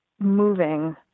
moving